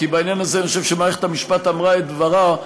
כי בעניין הזה אני חושב שמערכת המשפט אמרה את דברה,